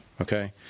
Okay